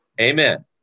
amen